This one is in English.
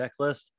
checklist